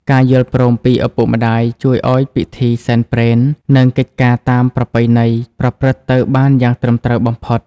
ការយល់ព្រមពីឪពុកម្ដាយជួយឱ្យពិធីសែនព្រេន និងកិច្ចការតាមប្រពៃណីប្រព្រឹត្តទៅបានយ៉ាងត្រឹមត្រូវបំផុត។